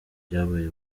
byabaye